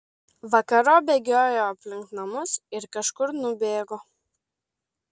vakarop bėgiojo aplink namus ir kažkur nubėgo